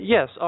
Yes